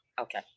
Okay